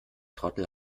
trottel